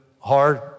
hard